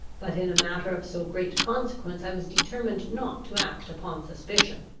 but, in a matter of so great consequence, i was determined not to act upon suspicion.